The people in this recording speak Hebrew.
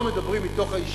לא אומרים דברים מתוך הישיבה.